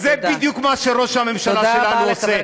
זה בדיוק מה שראש הממשלה שלנו עושה.